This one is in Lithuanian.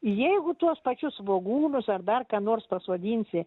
jeigu tuos pačius svogūnus ar dar ką nors pasodinsi